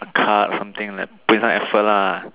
card or something like put in some effort lah